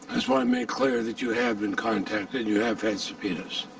just want to make clear that you have been contacted, and you have had subpoenas.